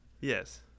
Yes